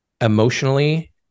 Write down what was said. emotionally